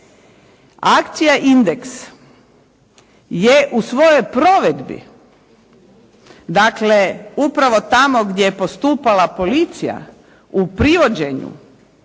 Akcija „Indeks“ je u svojoj provedbi, dakle upravo tamo gdje je postupala policija u privođenju